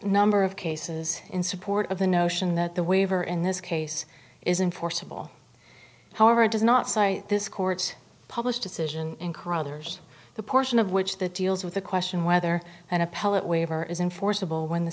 number of cases in support of the notion that the waiver in this case isn't forcible however it does not cite this court's published decision in caruthers the portion of which that deals with the question whether an appellate waiver is enforceable when the